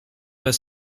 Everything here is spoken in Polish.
bez